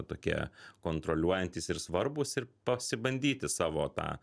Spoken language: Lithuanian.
tokie kontroliuojantys ir svarbūs ir pasibandyti savo tą